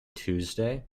tuesday